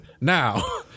now